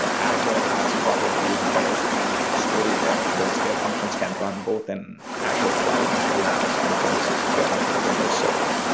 azure ah has probably a better story there because their functions can run both in azure cloud as well as on premises if you're running open door server.